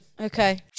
Okay